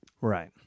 Right